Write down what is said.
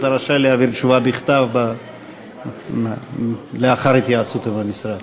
אתה רשאי להעביר תשובה בכתב לאחר התייעצות עם המשרד.